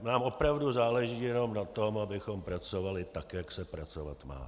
Nám opravdu záleží jenom na tom, abychom pracovali tak, jak se pracovat má.